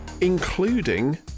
including